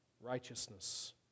Righteousness